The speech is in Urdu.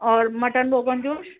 اور مٹن روغن جوش